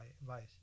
advice